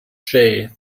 jay